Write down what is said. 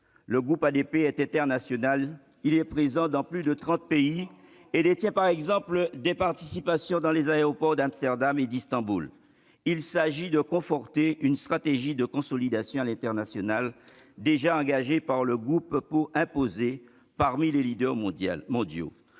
Le groupe ADP est international. Il est présent dans plus de trente pays et détient par exemple des participations dans les aéroports d'Amsterdam et d'Istanbul. Il s'agit de conforter une stratégie de consolidation à l'international déjà engagée par le groupe pour s'imposer parmi les leaders mondiaux.